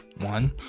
One